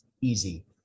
easy